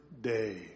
day